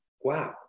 Wow